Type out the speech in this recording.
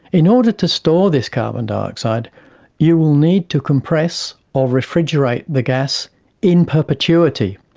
in order to store this carbon dioxide you will need to compress or refrigerate the gas in perpetuity.